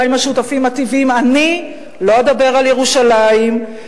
עם השותפים הטבעיים: אני לא אדבר על ירושלים,